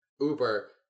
Uber